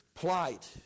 plight